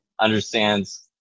understands